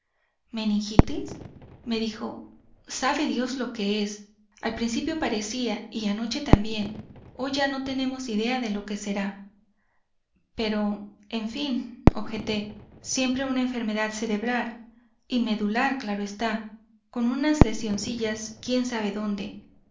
meningitis me dijo sabe dios lo que es al principio parecía y anoche también hoy ya no tenemos idea de lo que será pero en fin objeté siempre una enfermedad cerebral y medular claro está con unas lesioncillas quién sabe dónde